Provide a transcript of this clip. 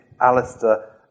Alistair